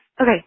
Okay